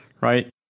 right